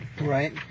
Right